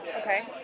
okay